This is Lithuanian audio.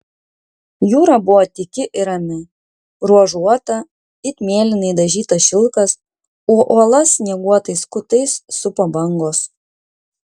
jūra buvo tyki ir rami ruožuota it mėlynai dažytas šilkas o uolas snieguotais kutais supo bangos